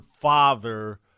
father